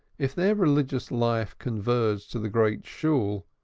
if their religious life converged to the great shool,